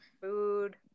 Food